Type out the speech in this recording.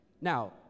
Now